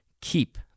keep